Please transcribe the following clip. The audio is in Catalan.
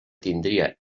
tindria